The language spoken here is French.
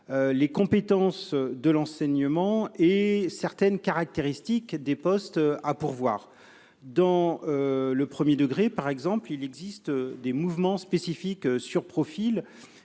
les compétences de l'enseignement et certaines caractéristiques des postes à pourvoir. Dans le premier degré, par exemple, il existe des mouvements spécifiques sur profil